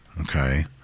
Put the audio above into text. Okay